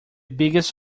biggest